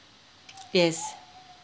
yes